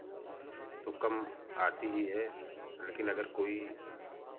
तो कम आती ही है लेकिन अगर कोई